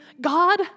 God